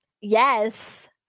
yes